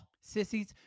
Sissies